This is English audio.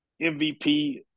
MVP